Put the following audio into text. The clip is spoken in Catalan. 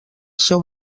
seu